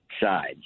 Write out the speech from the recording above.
sides